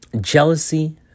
jealousy